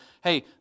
hey